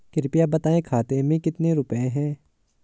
कृपया बताएं खाते में कितने रुपए हैं?